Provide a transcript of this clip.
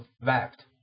wept